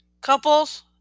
couples